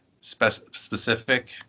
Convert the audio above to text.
specific